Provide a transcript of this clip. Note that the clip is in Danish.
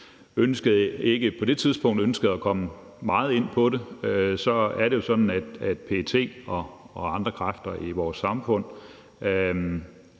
om PET ikke på det tidspunkt ønskede at komme meget ind på det, er det jo sådan, at PET og andre kræfter i vores samfund